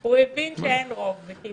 בקיצור, הוא הבין שאין רוב.